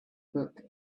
book